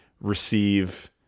receive